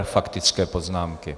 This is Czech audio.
Faktické poznámky.